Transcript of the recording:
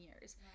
years